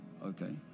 Okay